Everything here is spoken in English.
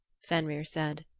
fenrir said.